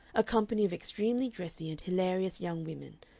a company of extremely dressy and hilarious young women,